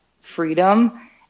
freedom